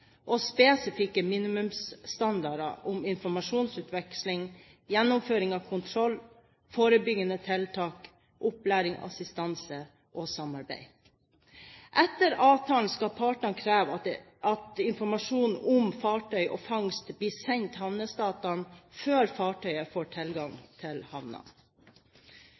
og spesifikke minimumsstandarder om informasjonsutveksling, gjennomføring av kontroll, forebyggende tiltak, opplæring/assistanse og samarbeid. Etter avtalen skal partene kreve at informasjon om fartøy og fangst blir sendt havnestaten før fartøyet får tilgang til